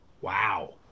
Wow